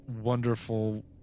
wonderful